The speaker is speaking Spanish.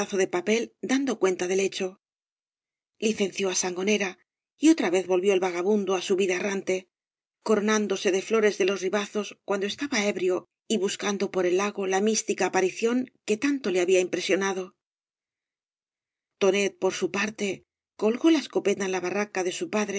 de papel dando cuenta del hecho licenció á sangonera y otra vez volvió el vagabundo á su vida errante coronándose de flores de los cañas y barro ribazos cuando estaba ebrio y buscando por el lago la mística aparición que tanto le había impresionado tonet por bu parte colgó la escopeta en la barraca de su